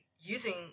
using